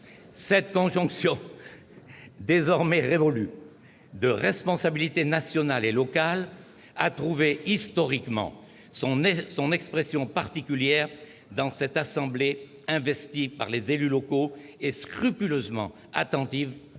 Cette conjonction, désormais révolue, de responsabilités nationales et locales a trouvé historiquement son expression particulière dans cette assemblée investie par les élus locaux et scrupuleusement attentive à son